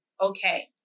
okay